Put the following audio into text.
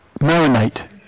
marinate